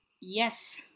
Yes